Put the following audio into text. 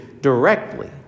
directly